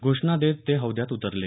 घोषणा देत ते हौद्यात उतरले